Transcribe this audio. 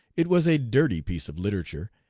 it was a dirty piece of literature,